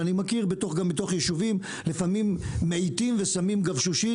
וגם בתוך יישובים מאטים ושמים גבשושית